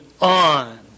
on